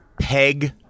Peg